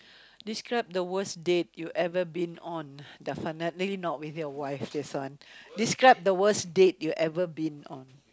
describe the worst date you ever been on definitely not with your wife this one describe the worst date you ever been on